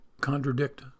contradict